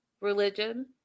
religion